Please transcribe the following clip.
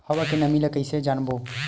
हवा के नमी ल कइसे जानबो?